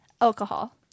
alcohol